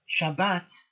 Shabbat